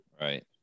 Right